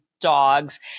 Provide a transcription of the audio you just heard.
dogs